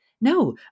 No